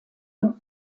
und